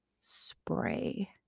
spray